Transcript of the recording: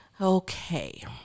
Okay